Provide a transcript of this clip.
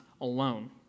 alone